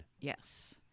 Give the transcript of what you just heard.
Yes